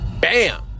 Bam